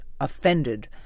offended